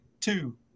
two